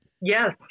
Yes